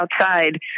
outside